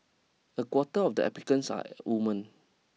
a quarter of the applicants are women